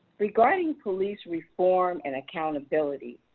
regarding police reform and accountability.